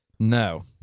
No